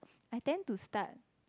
I tend to start